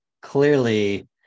clearly